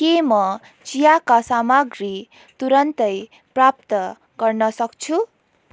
के म चियाका सामग्री तुरन्तै प्राप्त गर्न सक्छु